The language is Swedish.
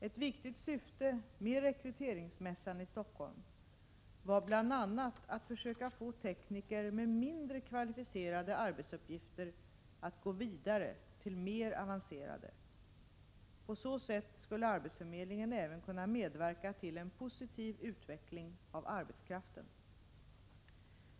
Ett viktigt syfte med rekryteringsmässan i Stockholm var bl.a. att försöka få tekniker med mindre kvalificerade arbetsuppgifter att gå vidare till mer avancerade. På så sätt skulle arbetsförmedlingen även kunna medverka till en positiv utveckling av arbetskraften.